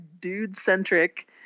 dude-centric